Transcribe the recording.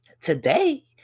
Today